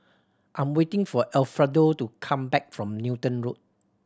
I am waiting for Alfredo to come back from Newton Road